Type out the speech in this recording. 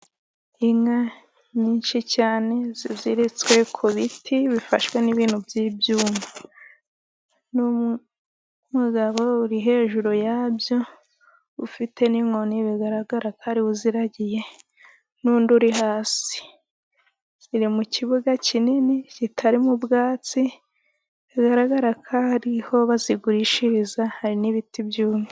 Inka nyinshi cyane ziziritswe ku biti bifashwe n'ibyuma n'umugabo uri hejuru yabyo ufite n'inkoni bigaragara ko ariwe uziragiye n'undi uri hasi ziri mu kibuga kinini kitarimo ubwatsi zigaragara ari ho bazigurishiriza hari n'ibiti byumye.